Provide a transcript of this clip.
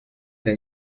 der